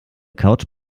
couch